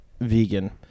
vegan